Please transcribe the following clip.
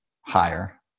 higher